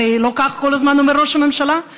הרי לא כך אומר ראש הממשלה כל הזמן?